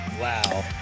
Wow